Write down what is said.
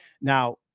Now